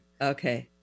Okay